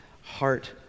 heart